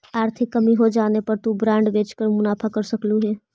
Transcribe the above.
आर्थिक कमी होजाने पर तु बॉन्ड बेचकर मुनाफा कम कर सकलु हे